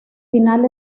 final